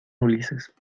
ulises